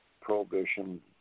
prohibition